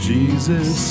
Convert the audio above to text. Jesus